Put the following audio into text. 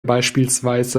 beispielsweise